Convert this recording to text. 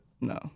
no